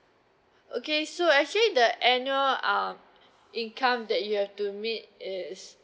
okay so actually the annual um income that you have to meet is